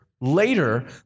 later